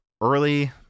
early